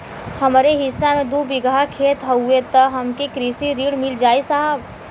हमरे हिस्सा मे दू बिगहा खेत हउए त हमके कृषि ऋण मिल जाई साहब?